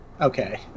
Okay